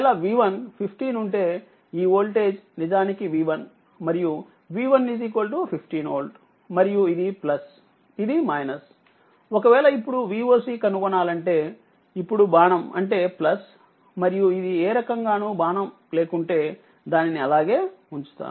కాబట్టిఒక వేళ V1 15 ఉంటే ఈ వోల్టేజ్ నిజానికి V1 మరియు V115 వోల్ట్ మరియు ఇది ఇది ఒక వేళఇప్పుడు Voc కనుగొనాలంటే ఇప్పుడుబాణం అంటే మరియు ఇది ఏ రకంగానూ బాణం లేకుంటే దానిని అలాగే ఉంచుతాను